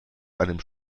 einem